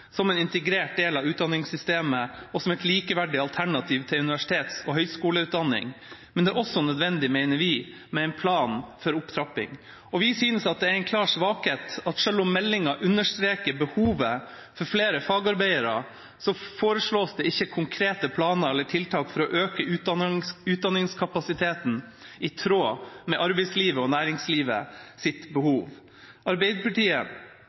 som en integrert del av utdanningssystemet, og som et likeverdig alternativ til universitets- og høyskoleutdanning. Men det er også nødvendig, mener vi, med en plan for opptrapping. Og vi synes det er en klar svakhet at selv om meldingen understreker behovet for flere fagarbeidere, foreslås det ikke konkrete planer eller tiltak for å øke utdanningskapasiteten i tråd med arbeidslivets og næringslivets behov. Arbeiderpartiet